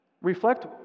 reflect